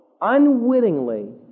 unwittingly